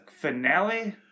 finale